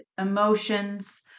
emotions